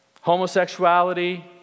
homosexuality